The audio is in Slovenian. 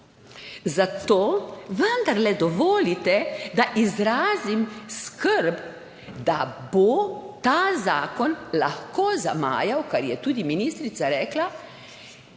Zato vendarle dovolite, da izrazim skrb, da bo ta zakon lahko zamajal, kar je tudi ministrica rekla,